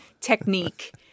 technique